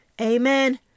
Amen